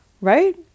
right